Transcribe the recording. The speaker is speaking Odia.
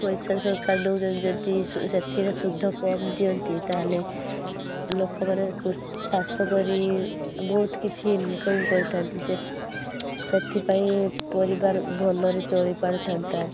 ପଇସା ସରକାର ଦଉଛନ୍ତି ଯଦି ସେଥିରେ ସୁଧ କମ୍ ଦିଅନ୍ତି ତାହେଲେ ଲୋକମାନେ ଚାଷ କରି ବହୁତ କିଛି ଇନକମ କରିଥାନ୍ତି ସେଥିପାଇଁ ପରିବାର ଭଲରେ ଚଳି ପାରିଥାନ୍ତା